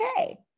okay